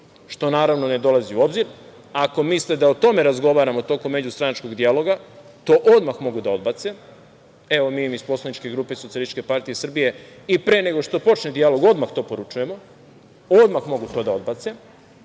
što naravno ne dolazi u obzir, ako misle da o tome razgovaramo tokom međustranačkog dijaloga, to odmah mogu da odbace. Mi iz poslaničke grupe SPS i pre nego što počne dijalog odmah to poručujemo, odmah mogu to da odbace,